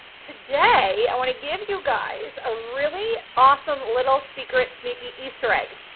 today, i want to give you guys a really awesome little secret, sneaky easter egg.